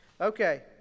Okay